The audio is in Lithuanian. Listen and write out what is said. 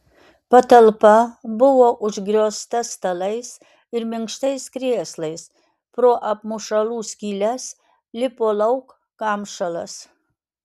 patalpa buvo užgriozta stalais ir minkštais krėslais pro apmušalų skyles lipo lauk kamšalas